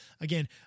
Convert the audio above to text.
Again